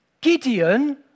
Gideon